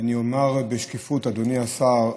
אני אומר בשקיפות: אדוני השר,